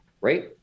right